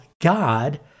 God